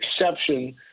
exception